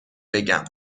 بگم